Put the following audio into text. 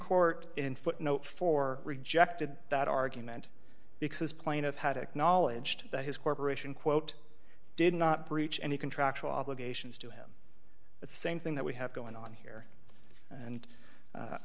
court in footnote four rejected that argument because plaintiff had acknowledged that his corporation quote did not breach any contractual obligations to him it's the same thing that we have going on here and